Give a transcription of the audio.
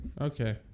Okay